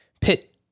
pit